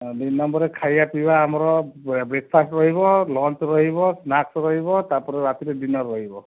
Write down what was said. ଦୁଇ ନମ୍ବରରେ ଖାଇବା ପିଇବା ଆମର ବ୍ରେକ୍ଫାଷ୍ଟ ରହିବ ଲଞ୍ଚ୍ ରହିବ ସ୍ନାକ୍ସ୍ ରହିବ ତା' ପରେ ରାତିରେ ଡିନର୍ ରହିବ